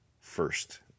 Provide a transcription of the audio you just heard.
first